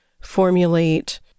formulate